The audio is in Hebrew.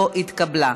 לא נתקבלה.